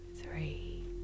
three